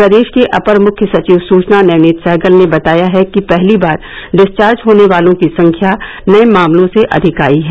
प्रदेश के अपर मुख्य सचिव सूचना नवनीत सहगल ने बताया है कि पहली बार डिस्वार्ज होने वालों की संख्या नये मामलों से अधिक आई है